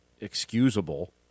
excusable